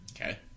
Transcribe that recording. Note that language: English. Okay